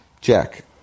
Jack